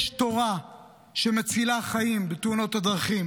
יש תורה שמצילה חיים בתאונות הדרכים.